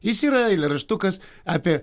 jis yra eilėraštukas apie